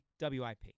WIP